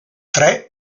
tre